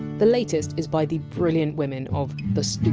the latest is by the brilliant women of the stoop,